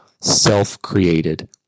self-created